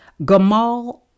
Gamal